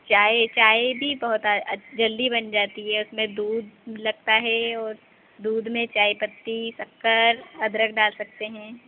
चाय चाय भी बहुत जल्दी बन जाती है उसमें दूध लगता है और दूध में चाय पत्ती शक्कर अदरक डाल सकते हैं